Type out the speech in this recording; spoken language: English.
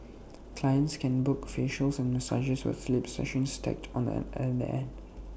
clients can book facials and massages with sleep sessions tacked on at the end